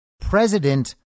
President